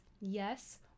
yes